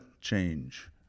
change